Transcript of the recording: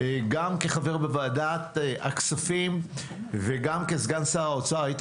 גם כחבר בוועדת הכספים וגם כסגן שר האוצר הייתי